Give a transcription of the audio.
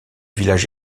village